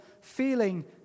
feeling